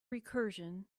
recursion